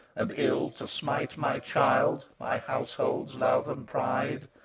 and ill, to smite my child, my household's love and pride!